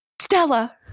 Stella